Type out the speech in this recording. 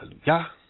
Hallelujah